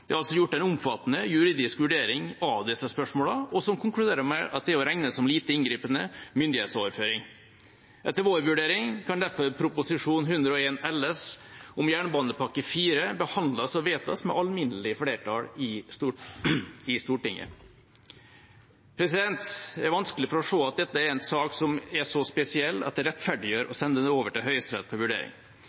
Det er altså gjort en omfattende juridisk vurdering av disse spørsmålene, som konkluderer med at det er å regne som en lite inngripende myndighetsoverføring. Etter vår vurdering kan derfor Prop. 101 LS om jernbanepakke IV behandles og vedtas med alminnelig flertall i Stortinget. Jeg har vanskelig for å se at dette er en sak som er så spesiell at det rettferdiggjør å sende den over til Høyesterett til vurdering.